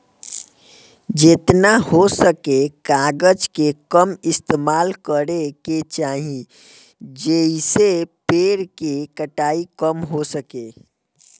जेतना हो सके कागज के कम इस्तेमाल करे के चाही, जेइसे पेड़ के कटाई कम हो सके